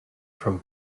from